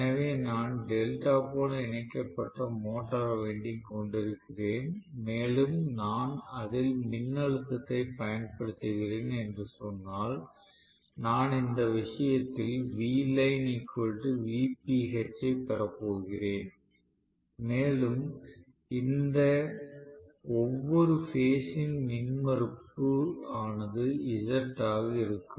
எனவே நான் டெல்டா போல இணைக்கப்பட்ட மோட்டார் வைண்டிங் கொண்டிருக்கிறேன் மேலும் நான் அதில் மின்னழுத்தத்தைப் பயன்படுத்துகிறேன் என்று சொன்னால் நான் இந்த விஷயத்தில் ஐப் பெறப் போகிறேன் மேலும் இந்த ஒவ்வொரு பேஸ் ன் மின்மறுப்பு ஆனது Z ஆக இருக்கும்